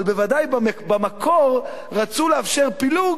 אבל בוודאי במקור רצו לאפשר פילוג